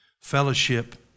Fellowship